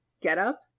getup